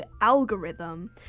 algorithm